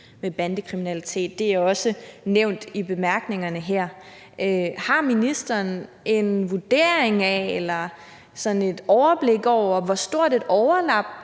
ved bandekriminalitet. Det er også nævnt i bemærkningerne her. Har ministeren en vurdering af eller et overblik over, hvor stort et overlap